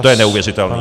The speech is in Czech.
To je neuvěřitelné!